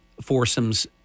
foursomes